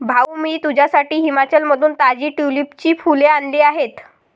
भाऊ, मी तुझ्यासाठी हिमाचलमधून ताजी ट्यूलिपची फुले आणली आहेत